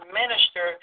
minister